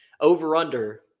Over-under